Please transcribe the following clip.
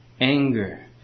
anger